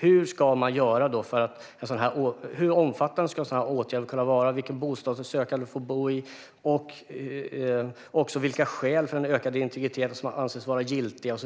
Hur omfattande ska en sådan här åtgärd kunna vara? Vilken bostad ska sökande få bo i? Vilka skäl för den ökade integriteten anses vara giltiga?